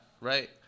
right